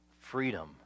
Freedom